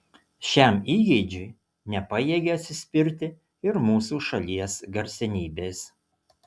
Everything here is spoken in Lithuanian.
šiam įgeidžiui nepajėgė atsispirti ir mūsų šalies garsenybės